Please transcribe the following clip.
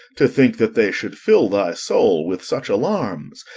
to think that they should fill thy soul with such alarms,